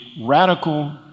radical